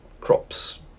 crops